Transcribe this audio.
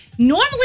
Normally